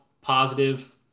positive